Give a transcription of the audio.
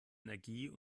energie